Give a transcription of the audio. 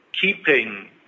keeping